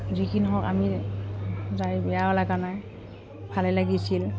যিকিনহওক আমি যাই বেয়াও লাগা নাই ভালে লাগিছিল